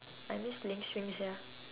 I miss playing swing sia